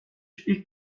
ilk